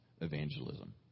Evangelism